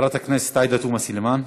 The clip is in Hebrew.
חברת הכנסת עאידה תומא סלימאן.